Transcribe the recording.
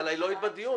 אבל לא היית בדיון.